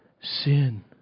sin